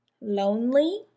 lonely